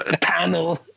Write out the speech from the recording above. panel